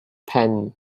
penn